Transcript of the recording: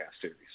series